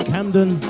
Camden